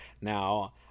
Now